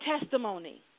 testimony